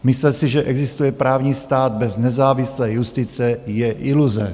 Myslet si, že existuje právní stát bez nezávislé justice, je iluze.